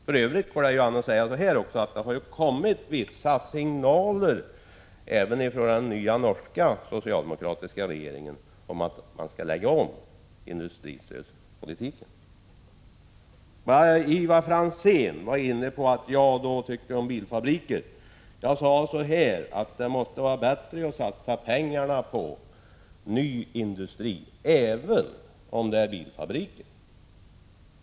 För Övrigt går det ju an att säga så här också: Det har kommit vissa signaler även från den nya norska socialdemokratiska regeringen om att man skall lägga om industristödspolitiken. Ivar Franzén var inne på vad jag tyckte om bilfabriker. Jag sade att det måste vara bättre att satsa pengarna på ny industri, även om det är bilfabriker.